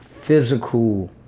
physical